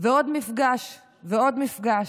ועוד מפגש ועוד מפגש,